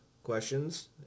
questions